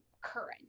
current